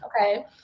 Okay